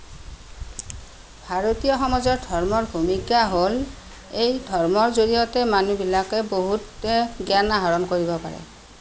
ভাৰতীয় সমাজত ধৰ্মৰ ভূমিকা হ'ল এই ধৰ্মৰ জড়িয়তে মানুহবিলাকে বহুতে জ্ঞান আহৰণ কৰিব পাৰে